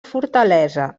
fortalesa